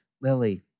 Lily